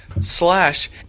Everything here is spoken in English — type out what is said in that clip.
slash